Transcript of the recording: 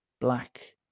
black